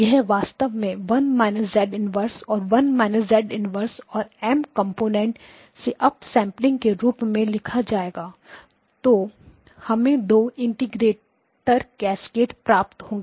यह वास्तव में 1− z−1 और 1− z−1 और एम घटक से अप सैंपलिंग के रूप में लिखा जाएगा तो हमें दो इंटीग्रेटर कैस्केड प्राप्त होंगे